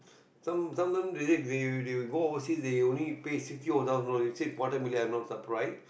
some sometimes they go overseas they only pay sixty over thousand dollars you say million I'm not surprised